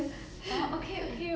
我 just 跟你讲